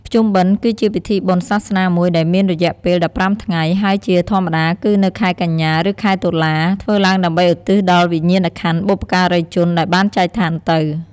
ភ្ជុំបិណ្ឌគឺជាពិធីបុណ្យសាសនាមួយដែលមានរយៈពេល ១៥ថ្ងៃ ហើយជាធម្មតាគឺនៅខែកញ្ញា ឬខែតុលា ធ្វើឡើងដើម្បីឧទ្ទិសដល់វិញ្ញាណក្ខន្ធបុព្វការីជនដែលបានចែកឋានទៅ។